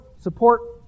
support